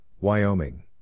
Wyoming